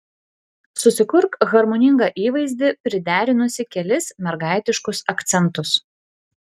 susikurk harmoningą įvaizdį priderinusi kelis mergaitiškus akcentus